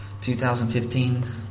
2015